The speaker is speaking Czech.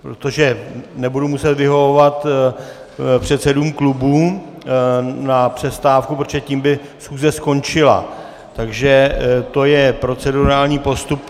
protože nebudu muset vyhovovat předsedům klubů na přestávku, protože tím by schůze skončila, takže to je procedurální postup.